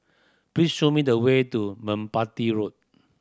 please show me the way to Merpati Road